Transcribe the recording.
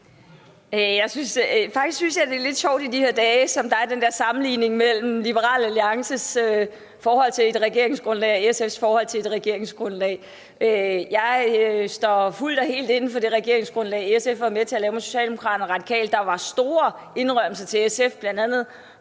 Jeg synes faktisk, at det i de her dage er lidt sjovt, at der er den her sammenligning mellem Liberal Alliances forhold til et regeringsgrundlag og SF's forhold til et regeringsgrundlag. Jeg står fuldt og helt inde for det regeringsgrundlag, som SF var med til at lave med Socialdemokratiet og Radikale Venstre. Der var store indrømmelser til SF, bl.a. et